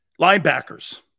Linebackers